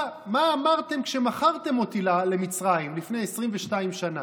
מה אמרתם כשמכרתם אותי למצרים לפני 22 שנה?